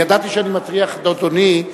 ידעתי שאני מטריח את אדוני,